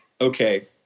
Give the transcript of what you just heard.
okay